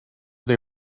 they